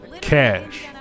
Cash